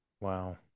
Wow